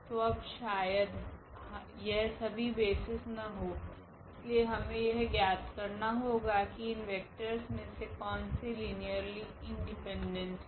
तो अब शायद यह सभी बेसिस न हो इसलिए हमे यह ज्ञात करना होगा कि इन वेक्टरस मे से कोनसे लीनियरली इंडिपेंडेंट है